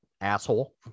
asshole